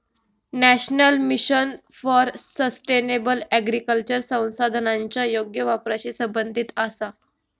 national mission for sustainable agriculture संसाधनांच्या योग्य वापराशी संबंधित आसा